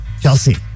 Chelsea